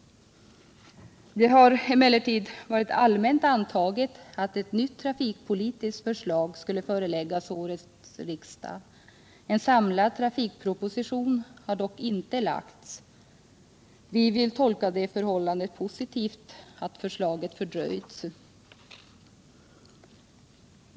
Det har emellertid varit allmänt antaget att ett nytt trafikpolitiskt förslag skulle föreläggas årets riksdag. En samlad trafikproposition har dock inte lagts. Vi vill tolka det förhållandet positivt, att förslaget fördröjts.